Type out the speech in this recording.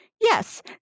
yes